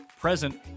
present